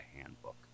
handbook